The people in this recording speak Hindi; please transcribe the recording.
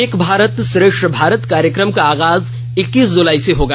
एक भारत श्रेष्ठ भारत कार्यक्रम का आगाज इक्कीस जुलाई से होगा